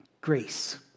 Grace